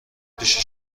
پیش